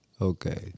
Okay